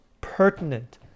pertinent